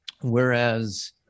Whereas